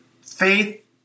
Faith